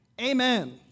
Amen